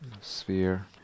sphere